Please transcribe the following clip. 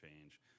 change